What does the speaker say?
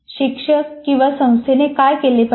शिक्षक किंवा संस्थेने काय केले पाहिजे